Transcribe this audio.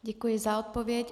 Děkuji za odpověď.